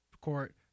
court